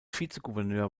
vizegouverneur